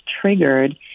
triggered